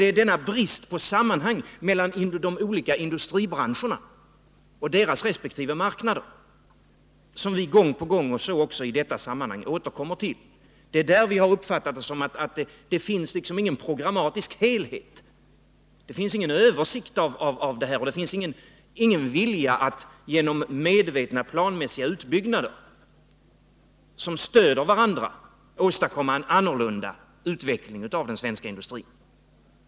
Det är bristen på sammanhang mellan de olika industribranscherna och deras resp. marknader som vi gång på gång — så också i detta sammanhang — återkommer till. Det finns liksom ingen programmatisk helhet, ingen översikt och ingen vilja att genom medvetna planmässiga utbyggnader som stöder varandra åstadkomma en annan utveckling i den svenska industrin.